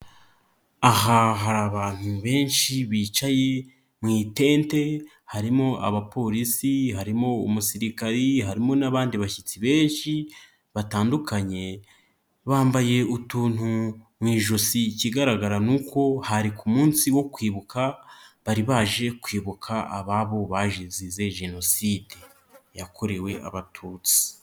Aha hari abantu benshi bicaye mu itente harimo abapolisi, harimo umusirikari, harimo n'abandi bashyitsi benshi batandukanye bambaye utuntu mu ijosi, ikigaragara ni uko hari ku munsi wo kwibuka bari baje kwibuka ababo bazize Jenoside yakorewe Abatutsi.